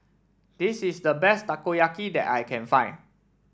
this is the best Takoyaki that I can find